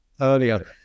earlier